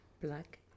Black